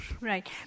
Right